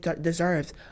deserves